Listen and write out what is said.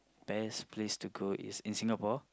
the best place to go is in Singapore